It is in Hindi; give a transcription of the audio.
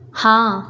हाँ